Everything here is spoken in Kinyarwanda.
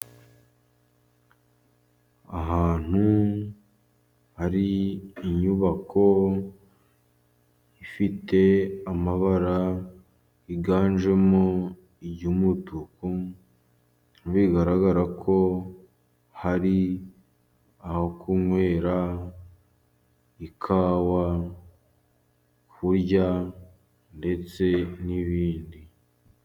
Ahantu hari inyubako ifite amabara yiganjemo iry'umutuku, bigaragara ko hari aho kunywera ikawa, kurya, ndetse n'ibindi.